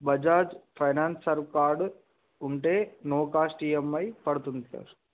Bajaj finance sir card ఉంటే no cost EMI పడుతుంది sir